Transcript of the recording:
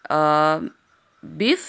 beef